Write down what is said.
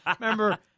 remember